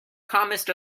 comest